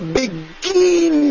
begin